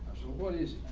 what is